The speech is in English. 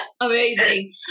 amazing